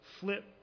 flip